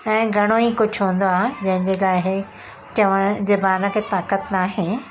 ऐं घणई कुझु हूंदो आहे जंहिंजे लाइ चवणु ज़बान खे ताक़त नाहे